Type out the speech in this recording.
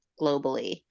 globally